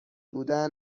بودن